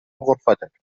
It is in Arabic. غرفتك